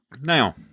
Now